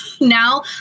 now